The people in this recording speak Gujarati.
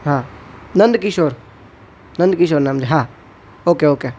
હા નંદકિશોર નંદકિશોર નામ છે હા ઓકે ઓકે